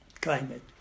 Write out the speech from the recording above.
climate